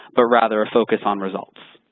but rather a focus on results.